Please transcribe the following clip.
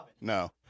No